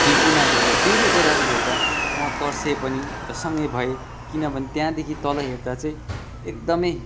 खिर्कीमा गएर फेरि ओह्रालो हेर्दा म तर्सेँ पनि झसङ्गै भएँ किनभने त्यहाँदेखि तल हेर्दा चाहिँ एकदमै